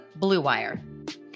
BLUEWIRE